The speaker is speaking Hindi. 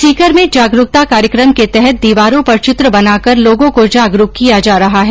सीकर में जागरूकता कार्यक्रम के तहत दिवारों पर चित्र बनाकर लोगों को जागरूक किया जा रहा है